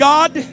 God